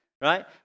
right